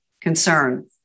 concern